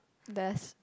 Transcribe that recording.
there's